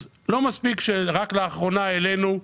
רק לאחרונה העלנו,